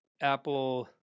Apple